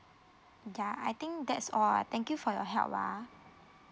yeah I think that's all thank you for your help lah